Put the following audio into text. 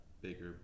bigger